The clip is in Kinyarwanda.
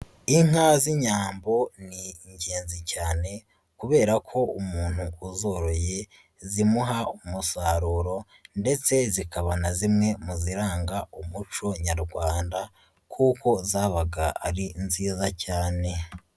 Inka z'inyambo ni ingenzi cyane kubera ko umuntu uzoroye, zimuha umusaruro ndetse zikaba na zimwe mu ziranga umuco nyarwanda kuko zabaga ari nziza cyane.